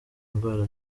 indwara